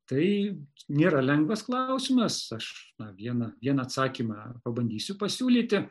tai nėra lengvas klausimas aš na vieną vieną atsakymą pabandysiu pasiūlyti